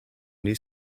new